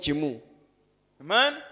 Amen